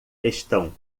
estão